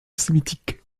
sémitique